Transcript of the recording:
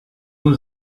was